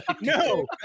No